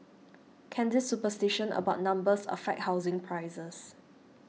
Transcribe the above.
can this superstition about numbers affect housing prices